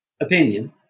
opinion